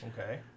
Okay